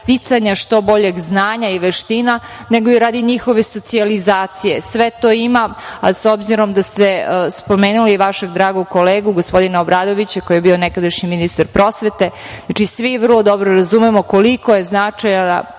što boljeg znanja i veština, nego i radi njihove socijalizacije. Sve to ima, s obzirom da ste spomenuli vašeg dragog kolegu, gospodina Obradovića, koji je bio nekada ministar prosvete, svi vrlo dobro razumemo koliko je značajno